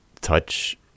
touch